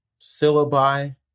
syllabi